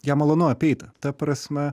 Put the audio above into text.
ją malonu apeiti ta prasme